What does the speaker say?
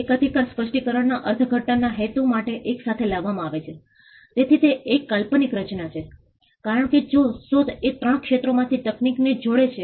મીઠી નદી પર અતિક્રમણ પણ છે કેટલાક લોકો અતિક્રમણ કરી રહ્યાં છે આ એક મીઠી નદી છે તમે જોઈ શકો છો કે નવા બાંધકામો ઉભા થયા છે